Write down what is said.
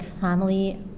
family